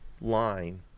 line